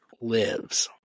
lives